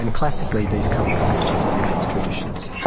and classically, these come from particular faiths, traditions.